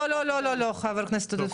לא, לא, לא, חבר הכנסת עודד פורר.